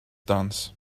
dance